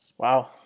Wow